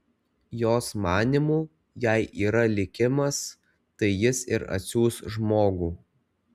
jos manymu jei yra likimas tai jis ir atsiųs žmogų